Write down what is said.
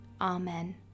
Amen